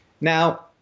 Now